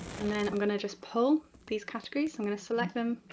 and then i'm going to just pull these categories, i'm going to select them,